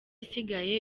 isigaye